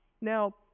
now